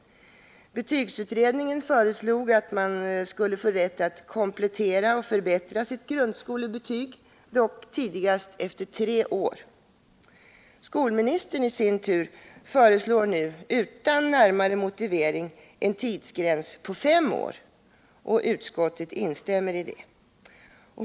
Betygsutredningen föreslog att man skulle få rätt att komplettera och förbättra sitt grundskolebetyg, dock tidigast efter tre år. Skolministern i sin tur föreslår nu utan närmare motivering en tidsgräns på fem år. Utskottet instämmer i det.